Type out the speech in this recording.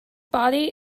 body